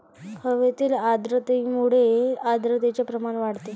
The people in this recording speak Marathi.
हवेतील आर्द्रतेमुळे आर्द्रतेचे प्रमाण वाढते